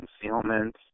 concealment